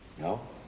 No